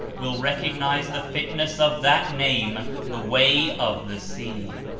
will recognize the fit ness of that name the way of the sea.